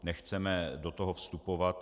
Nechceme do toho vstupovat.